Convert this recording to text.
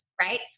right